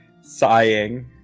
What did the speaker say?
sighing